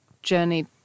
journey